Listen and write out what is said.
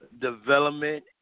development